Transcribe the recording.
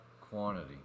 quantity